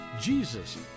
Jesus